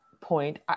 point